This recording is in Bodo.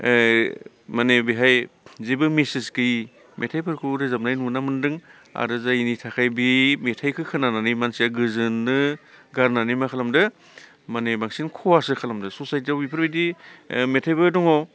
माने बेवहाय जेबो मेसेज गैयि मेथाइफोरखौ रोजाबनाय नुनो मोन्दों आरो जायनि थाखाय बे मेथाइखौ खोनानानै मानसिया गोजोननो गारनानै मा खालामदों माने बांसिन खहासो खालामदों ससायटियाव बेफोरबायदि मेथाइबो दङ